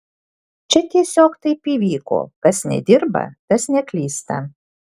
čia tiesiog taip įvyko kas nedirba tas neklysta